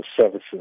services